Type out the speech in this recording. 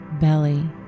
belly